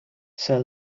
sir